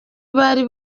bari